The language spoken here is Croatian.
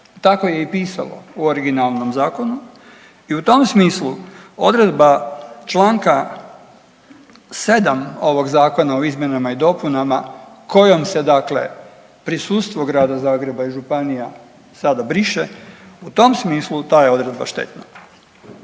tako je i pisalo u originalnom zakonu. I u tom smislu odredba čl. 7. ovog zakona o izmjenama i dopunama kojom se dakle prisustvo Grada Zagreba i županija sada briše, u tom smislu ta je odredba štetna.